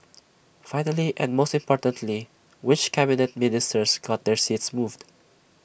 finally and most importantly which Cabinet Ministers got their seats moved